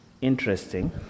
interesting